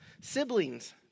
siblings